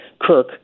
Kirk